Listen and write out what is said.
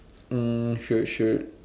um should should